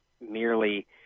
merely